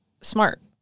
smart